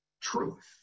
truth